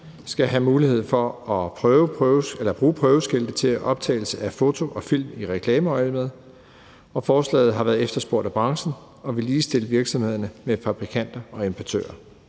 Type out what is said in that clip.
skal have mulighed for at bruge prøveskilte til optagelse af foto og film i reklameøjemed. Forslaget har været efterspurgt af branchen og vil ligestille virksomhederne med fabrikanter og importører.